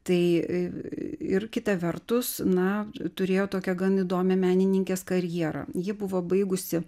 tai ir kita vertus na turėjo tokią gan įdomią menininkės karjerą ji buvo baigusi